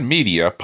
Media